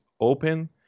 Open